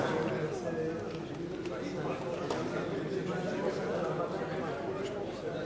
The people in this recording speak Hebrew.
ההצעה לכלול את הנושא בסדר-היום של הכנסת נתקבלה.